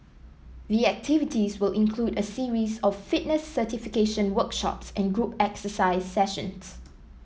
the activities will include a series of fitness certification workshops and group exercise sessions